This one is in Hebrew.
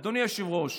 אדוני היושב-ראש,